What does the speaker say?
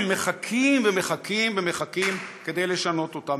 מחכים ומחכים ומחכים כדי לשנות אותם.